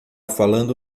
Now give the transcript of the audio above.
falando